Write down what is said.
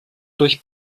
durch